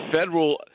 federal